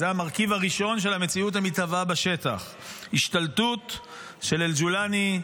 זה המרכיב הראשון של המציאות המתהווה בשטח: השתלטות של אל-ג'ולאני,